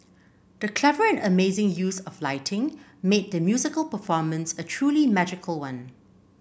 the clever and amazing use of lighting made the musical performance a truly magical one